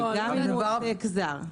גם אם הוא עוסק זר.